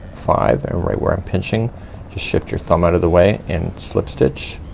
five and right where i'm pinching just shift your thumb out of the way and slip stitch,